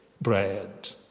bread